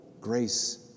grace